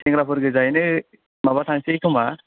सेंग्राफोर गोजायैनो माबा थांसै खोमा